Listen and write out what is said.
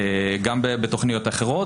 גם בתכניות אחרות.